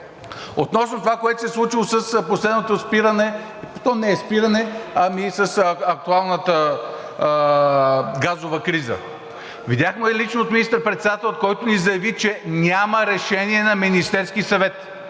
Относно това, което се случи с последното спиране – то не е спиране, ами с актуалната газова криза. Видяхме лично от министър-председателя, който ни заяви, че няма решение на Министерския съвет.